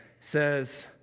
says